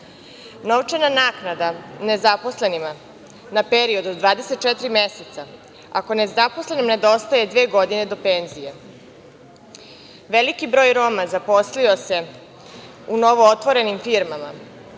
novčana naknada nezaposlenima na period od 24 meseca ako nezaposlenom nedostaje dve godine do penzije. Veliki broj Roma zaposlio se u novootvorenim firmama,